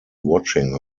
watching